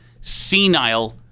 senile